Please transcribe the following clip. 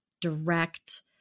direct